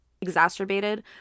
exacerbated